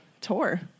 tour